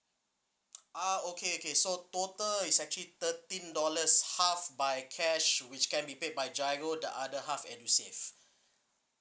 ah okay okay so total is actually thirteen dollars half by cash which can be paid by GIRO the other half edusave